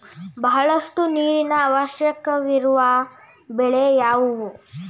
ಬಹಳಷ್ಟು ನೀರಿನ ಅವಶ್ಯಕವಿರುವ ಬೆಳೆ ಯಾವುವು?